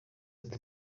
ati